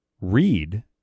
read